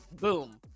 boom